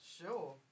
Sure